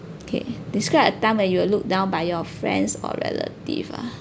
okay describe a time where you were looked down by your friends or relatives ah